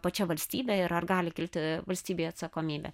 pačia valstybe ir ar gali kilti valstybei atsakomybė